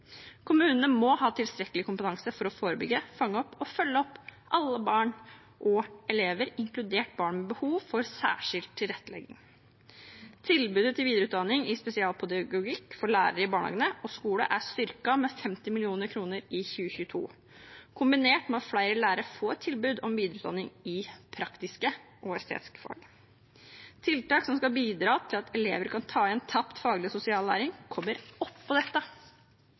Kommunene må ha tilstrekkelig kompetanse for å forebygge, fange opp og følge opp alle barn og elever, inkludert barn med behov for særskilt tilrettelegging. Tilbudet om videreutdanning i spesialpedagogikk for lærere i barnehage og skole er styrket med 50 mill. kr i 2022, kombinert med at flere lærere får tilbud om videreutdanning i praktisk-estetiske fag. Tiltak som skal bidra til at elever kan ta igjen tapt faglig og sosial læring, kommer oppå dette.